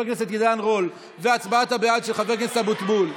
הכנסת עידן רול והצבעת הבעד של חבר הכנסת אבוטבול,